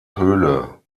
höhle